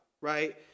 right